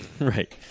right